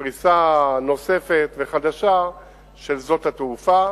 פריסה נוספת וחדשה של שדות התעופה,